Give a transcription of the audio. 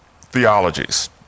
theologies